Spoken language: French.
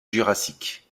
jurassique